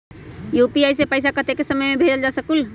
UPI से पैसा कतेक समय मे भेजल जा स्कूल?